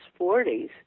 40s